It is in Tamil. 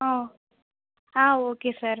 ஆ ஓ ஆ ஓகே சார்